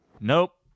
Nope